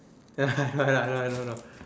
ya I d~ I d~ I don't know